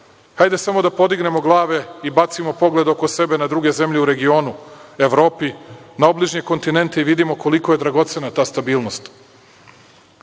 Hajde samo da podignemo glave i bacimo pogled oko sebe na druge zemlje u regionu Evrope, na obližnje kontinente i vidimo koliko je dragocena ta stabilnost.